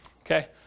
Okay